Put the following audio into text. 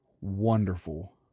wonderful